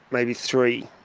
maybe three.